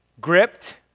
Gripped